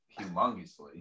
humongously